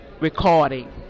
recording